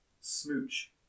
smooch